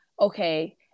okay